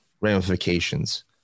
ramifications